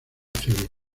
civil